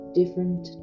different